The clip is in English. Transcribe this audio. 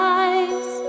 eyes